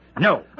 no